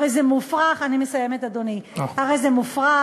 הרי זה מופרך אני מסיימת, אדוני, הרי זה מופרך,